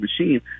machine